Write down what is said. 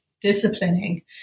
disciplining